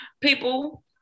people